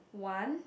one